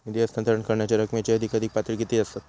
निधी हस्तांतरण करण्यांच्या रकमेची अधिकाधिक पातळी किती असात?